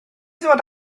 ddod